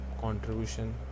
contribution